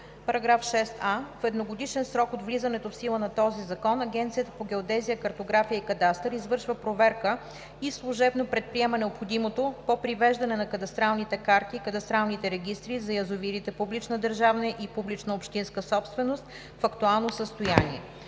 § 6а: „§ 6а. В едногодишен срок от влизането в сила на този закон Агенцията по геодезия, картография и кадастър извършва проверка и служебно предприема необходимото по привеждане на кадастралните карти и кадастралните регистри за язовирите публична държавна и публична общинска собственост в актуално състояние.“